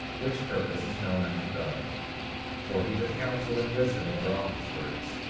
which purpose is known unto god for he doth counsel in wisdom over all his works,